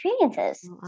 experiences